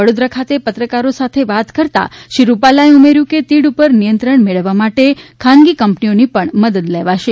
વડોદરા ખાતે પત્રકારો સાથે વાત કરતાં શ્રી રૂપાલા એ ઉમેર્યું હતું કે તીડ ઉપર નિયંત્રણ મેળવવા માટે ખાનગી કંપનીઓ ની પણ મદદ લેવાશે